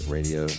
Radio